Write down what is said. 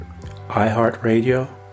iHeartRadio